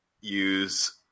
use